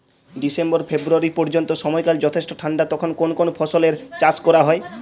December February পর্যন্ত সময়কাল যথেষ্ট ঠান্ডা তখন কোন কোন ফসলের চাষ করা হয়?